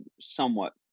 somewhat